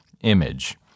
image